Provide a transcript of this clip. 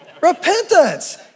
Repentance